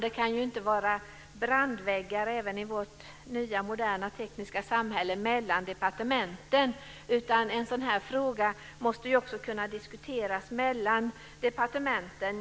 Det kan inte i vårt moderna tekniska samhälle vara brandväggar mellan departementen. En sådan här fråga måste också kunna diskuteras mellan departementen.